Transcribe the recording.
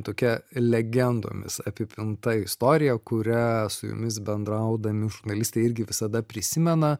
tokia legendomis apipinta istorija kurią su jumis bendraudami žurnalistai irgi visada prisimena